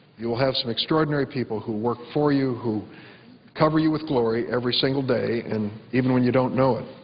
you will have some extraordinary people who work for you, who cover you with glory every single day and even when you don't know it.